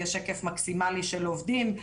יש היקף מקסימלי של עובדים,